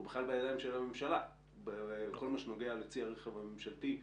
הוא בכלל בידיים של הממשלה בכל מה שנוגע לצי הרכב הממשלתי.